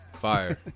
Fire